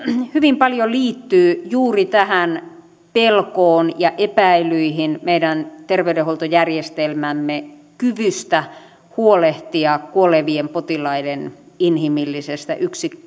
hyvin paljon liittyy juuri tähän pelkoon ja epäilyihin meidän terveydenhuoltojärjestelmämme kyvystä huolehtia kuolevien potilaiden inhimillisestä